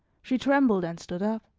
she trembled and stood up.